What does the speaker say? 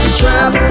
trap